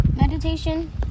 meditation